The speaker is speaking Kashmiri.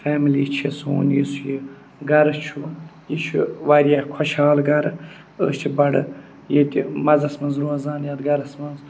فیملی چھِ سون یُس یہِ گَرٕ چھُ یہِ چھُ واریاہ خۄشحال گَرٕ أسۍ چھِ بَڑٕ ییٚتہِ مَزَس منٛز روزان یَتھ گَرَس منٛز